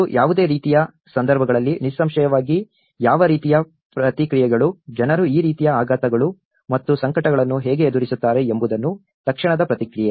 ಮತ್ತು ಯಾವುದೇ ರೀತಿಯ ಸಂದರ್ಭಗಳಲ್ಲಿ ನಿಸ್ಸಂಶಯವಾಗಿ ಯಾವ ರೀತಿಯ ಪ್ರತಿಕ್ರಿಯೆಗಳು ಜನರು ಈ ರೀತಿಯ ಆಘಾತಗಳು ಮತ್ತು ಸಂಕಟಗಳನ್ನು ಹೇಗೆ ಎದುರಿಸುತ್ತಾರೆ ಎಂಬುದನ್ನು ತಕ್ಷಣದ ಪ್ರತಿಕ್ರಿಯೆ